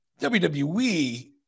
WWE